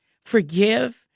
Forgive